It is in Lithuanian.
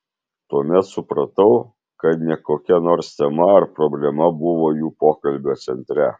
tuomet supratau kad ne kokia nors tema ar problema buvo jų pokalbio centre